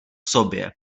sobě